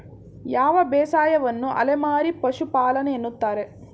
ಯಾವ ಬೇಸಾಯವನ್ನು ಅಲೆಮಾರಿ ಪಶುಪಾಲನೆ ಎನ್ನುತ್ತಾರೆ?